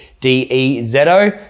D-E-Z-O